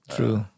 True